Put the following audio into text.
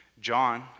John